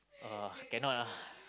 uh cannot lah